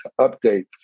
update